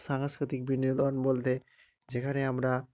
সাংস্কৃতিক বিনোদন বলতে যেখানে আমরা